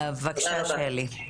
בבקשה, שלי.